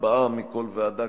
ארבעה מכל ועדה,